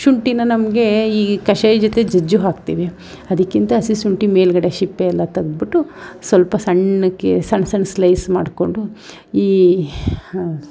ಶುಂಠಿಯ ನಮಗೆ ಈ ಕಷಾಯದ ಜೊತೆ ಜಜ್ಜಿ ಹಾಕ್ತೇವೆ ಅದಕ್ಕಿಂತ ಹಸಿ ಶುಂಠಿ ಮೇಲುಗಡೆ ಸಿಪ್ಪೆಯೆಲ್ಲ ತೆಗೆದ್ಬಿಟ್ಟು ಸ್ವಲ್ಪ ಸಣ್ಣಕ್ಕೆ ಸಣ್ಣ ಸಣ್ಣ ಸ್ಲೈಸ್ ಮಾಡಿಕೊಂಡು ಈ